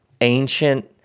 ancient